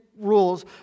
rules